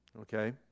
okay